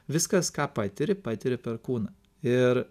viskas ką patiri patiri per kūną ir